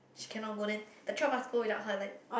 she cannot go then the three of us go without her like